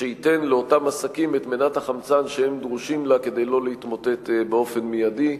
שייתן לאותם עסקים את מנת החמצן שדרושה להם כדי לא להתמוטט באופן מיידי.